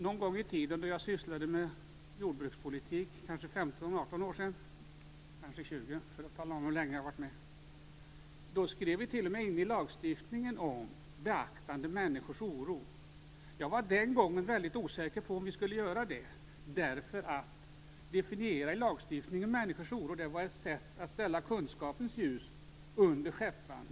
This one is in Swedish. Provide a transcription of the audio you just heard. En gång i tiden då jag sysslade med jordbrukspolitik för kanske 15 eller 18 år sedan - kanske 20, för att tala om hur länge jag har varit med - skrev vi t.o.m. in beaktande av människors oro i lagstiftningen. Jag var den gången väldigt osäker på om vi skulle göra det, eftersom att i lagstiftningen definiera människors oro var ett sätt att ställa kunskapens ljus under skäppan.